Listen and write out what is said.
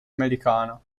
americana